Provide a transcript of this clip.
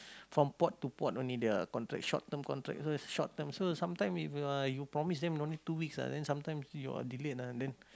from port to port only their contract short term contract so it's short term so sometime if you are you promise them only two weeks ah then sometimes you are delayed ah then